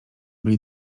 byli